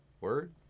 Word